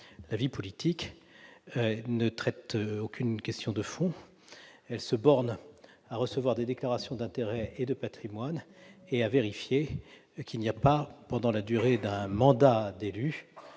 la vie politique ne traite aucune question de fond. Elle se borne à recevoir des déclarations d'intérêts et de patrimoine et à vérifier qu'il n'y a pas eu d'enrichissement